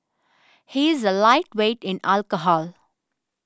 he is a lightweight in alcohol